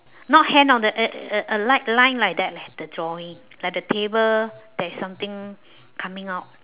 not hand of the uh uh uh li~ line like that leh the drawing like the table there is something coming out